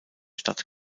stadt